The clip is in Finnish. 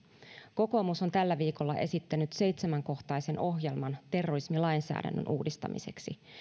kokoomus on tällä viikolla esittänyt seitsemänkohtaisen ohjelman terrorismilainsäädännön uudistamiseksi